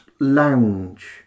lounge